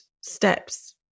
steps